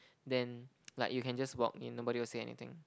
then like you can just walk in nobody will say anything